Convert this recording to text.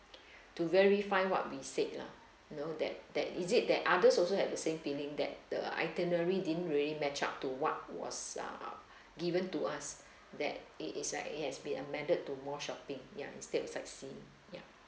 to verify what we said lah you know that that is it that others also have the same feeling that the itinerary didn't really match up to what was uh given to us that it is like it has been amended to more shopping ya instead of sightseeing ya